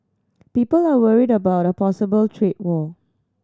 people are worried about a possible trade war